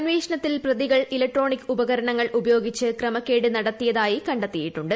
അന്വേഷണത്തിൽ പ്രതിക്ടിൽപ്പ് ഇലക്ട്രോണിക് ഉപകരണങ്ങൾ ഉപയോഗിച്ച് ക്രമക്കേട്ട് ് ന്ട്ടത്തിയതായി കണ്ടെത്തിയിട്ടുണ്ട്